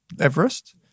Everest